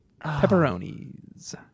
Pepperonis